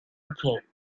became